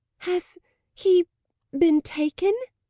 has he been taken?